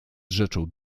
rzeczą